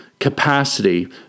capacity